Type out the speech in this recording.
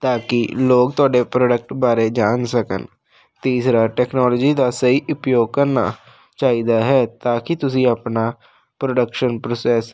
ਤਾਂ ਕਿ ਲੋਕ ਤੁਹਾਡੇ ਪ੍ਰੋਡਕਟ ਬਾਰੇ ਜਾਣ ਸਕਣ ਤੀਸਰਾ ਟੈਕਨੋਲੋਜੀ ਦਾ ਸਹੀ ਉਪਯੋਗ ਕਰਨਾ ਚਾਹੀਦਾ ਹੈ ਤਾਂ ਕਿ ਤੁਸੀਂ ਆਪਣਾ ਪ੍ਰੋਡਕਸ਼ਨ ਪ੍ਰੋਸੈਸ